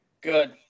Good